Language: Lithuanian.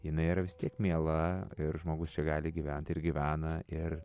jinai yra vis tiek miela ir žmogus čia gali gyvent ir gyvena ir